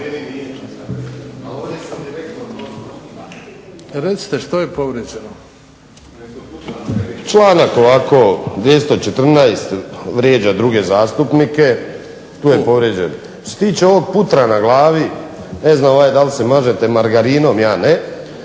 Zoran (HDSSB)** Članak ovako 214. vrijeđa druge zastupnike, tu je povrijeđen. Što se tiče ovog putra na glavi, ne znam da li se mažete margarinom, ja ne.